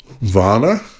Vana